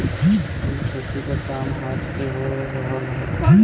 कुल खेती के काम हाथ से होत रहल